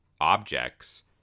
objects